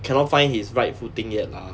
cannot find his rightful thing yet lah